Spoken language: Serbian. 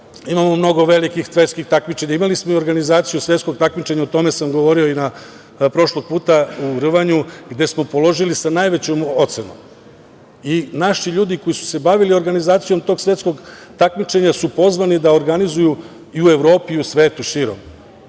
Imamo mnogo velikih svetskih takmičenja, imali smo i organizaciju svetskog takmičenja, o tome sam govorio i prošlog puta, u rvanju, gde smo položili sa najvećom ocenom. Naši ljudi koji su se bavili organizacijom tog svetskog takmičenja su pozvani da organizuju i u Evropi i u svetu širom.